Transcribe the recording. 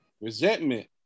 resentment